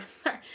sorry